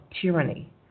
tyranny